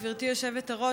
גברתי היושבת-ראש,